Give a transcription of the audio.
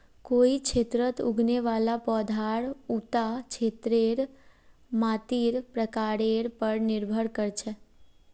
कोई क्षेत्रत उगने वाला पौधार उता क्षेत्रेर मातीर प्रकारेर पर निर्भर कर छेक